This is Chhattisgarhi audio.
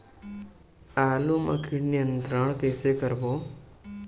आलू मा कीट नियंत्रण कइसे करबो?